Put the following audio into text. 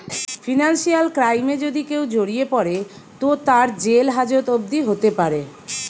financial ক্রাইমে যদি কেও জড়িয়ে পড়ে তো তার জেল হাজত অবদি হোতে পারে